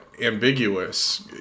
ambiguous